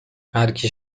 هرکی